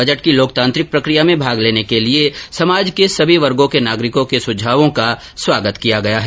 budget की लोकतांत्रिक प्रक्रिया में भाग लेने के लिये समाज के सभी वर्गो के नागरिकों के सुझावों का स्वागत किया गया है